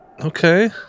Okay